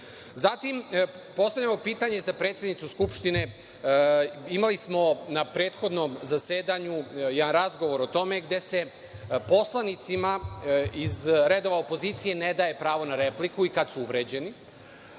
Zatim, postavljamo pitanje za predsednicu Skupštine. Imali smo na prethodnom zasedanju jedan razgovor o tome gde se poslanicima iz redova opozicije ne daje pravo na repliku i kada su uvređeni,